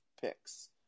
picks